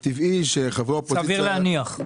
זה טבעי שחברי אופוזיציה -- סביר להניח.